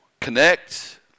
connect